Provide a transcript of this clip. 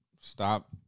Stop